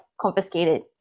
confiscated